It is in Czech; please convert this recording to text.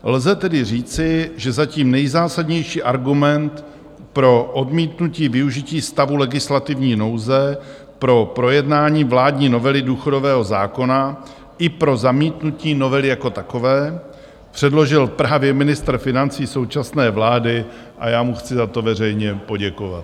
Lze tedy říci, že zatím nejzásadnější argument pro odmítnutí využití stavu legislativní nouze pro projednání vládní novely důchodového zákona i pro zamítnutí novely jako takové předložil právě ministr financí současné vlády, a já mu chci za to veřejně poděkovat.